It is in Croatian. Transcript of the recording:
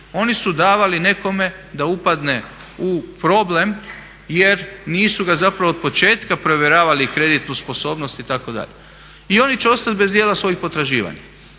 Oni su davali nekome da upadne u problem jer nisu ga zapravo od početka provjeravali kreditnu sposobnost itd. i oni će ostat bez dijela svojih potraživanja,